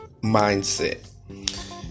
mindset